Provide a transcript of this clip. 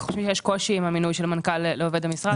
אנחנו חושבים שיש קושי עם המינוי של מנכ"ל לעובד המשרד.